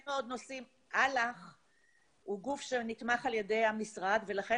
אל"ח הוא גוף שנתמך על-ידי המשרד ולכן